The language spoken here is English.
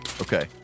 Okay